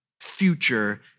future